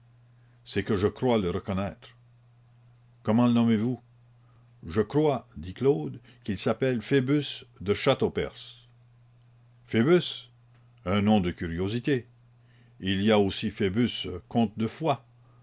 c'est que je crois le reconnaître comment le nommez-vous je crois dit claude qu'il s'appelle phoebus de châteaupers phoebus un nom de curiosité il y a aussi phoebus comte de foix